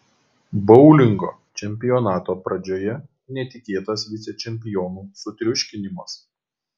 boulingo čempionato pradžioje netikėtas vicečempionų sutriuškinimas